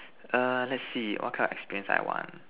err let's see what kind of experience I want